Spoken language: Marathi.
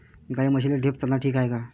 गाई म्हशीले ढेप चारनं ठीक हाये का?